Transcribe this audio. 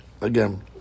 again